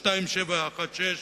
פ/2617,